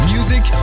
Music